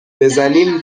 بزنیم